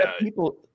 people